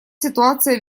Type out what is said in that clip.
ситуация